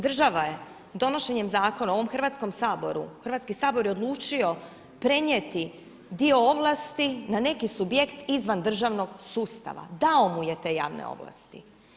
Država je donošenjem Zakona u ovom Hrvatskom saboru, Hrvatski sabor je odlučio prenijeti dio ovlasti na neki subjekt izvan državnog sustava, dao mu je te javne ovlasti.